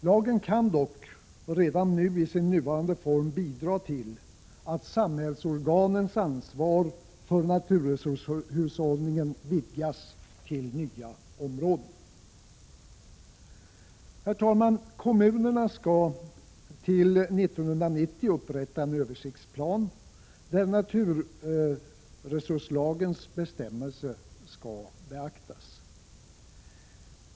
Lagen kan dock redan i sin nuvarande form bidra till att samhällsorganens ansvar för naturresurshushållningen vidgas till nya områden. Herr talman! Kommunerna skall till 1990 upprätta en översiktsplan där naturresurslagens bestämmelser skall beaktas.